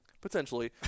Potentially